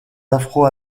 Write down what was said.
afro